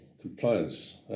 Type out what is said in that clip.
compliance